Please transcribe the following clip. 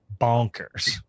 bonkers